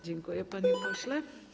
Dziękuję, panie pośle.